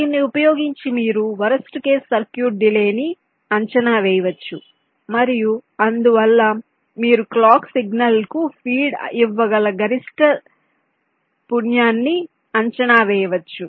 దీన్ని ఉపయోగించి మీరు వరస్ట్ కేసు సర్క్యూట్ డిలే ని అంచనా వేయవచ్చు మరియు అందువల్ల మీరు క్లాక్ సిగ్నల్కు ఫీడ్ ఇవ్వగల గరిష్ట పున్యాన్ని అంచనా వేయవచ్చు